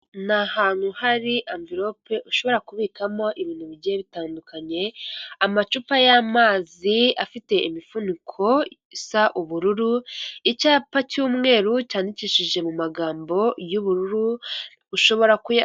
Ni ahantu hari amvirope ushobora kubikamo ibintu bigiye bitandukanye, amacupa y'amazi afite imifuniko isa ubururu, icyapa cy'umweru cyandikishije mu magambo y'ubururu ushobora kuya